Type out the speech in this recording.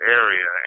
area